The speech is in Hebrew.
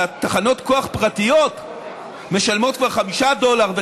ותחנות כוח פרטיות כבר משלמות 5 דולר,